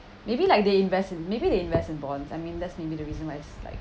maybe like they invest in maybe they invest in bonds I mean that's maybe the reason why it's like